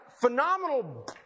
phenomenal